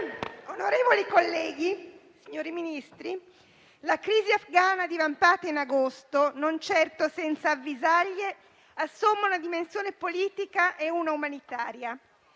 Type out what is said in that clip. onorevoli colleghi, signori Ministri, la crisi afghana divampata in agosto, non certo senza avvisaglie, assomma una dimensione politica e una umanitaria,